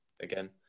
again